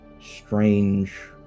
strange